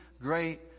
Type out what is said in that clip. great